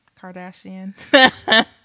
Kardashian